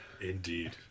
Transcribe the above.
indeed